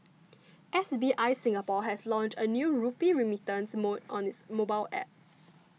S B I Singapore has launched a new rupee remittance mode on its mobile App